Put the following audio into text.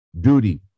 duty